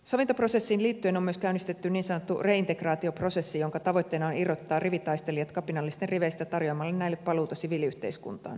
sovintoprosessiin liittyen on myös käynnistetty niin sanottu reintegraatioprosessi jonka tavoitteena on irrottaa rivitaistelijat kapinallisten riveistä tarjoamalla näille paluuta siviiliyhteiskuntaan